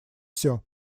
все